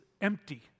empty